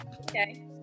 Okay